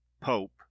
Pope